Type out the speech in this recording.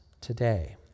today